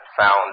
found